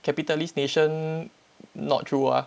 capitalist nation not true ah